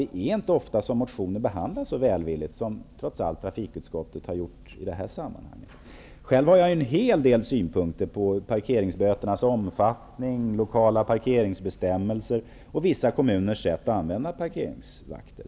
Det är inte ofta som motioner behandlas så välvilligt som trots allt har skett i det här fallet. Själv har jag en hel del synpunkter på parkeringsböternas omfattning, lokala parkeringsbestämmelser och vissa kommuners sätt att använda parkeringsvakter.